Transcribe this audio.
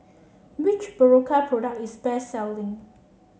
which Berocca product is best selling